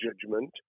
judgment